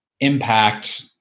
impact